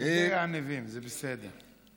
יודע ניבים, זה בסדר.